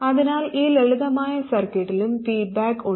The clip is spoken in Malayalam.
അതിനാൽ ഈ ലളിതമായ സർക്യൂട്ടിലും ഫീഡ്ബാക്ക് ഉണ്ട്